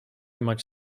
much